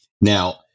Now